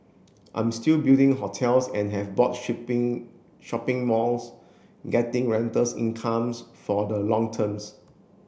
I'm still building hotels and have bought shipping shopping malls getting rentals incomes for the long terms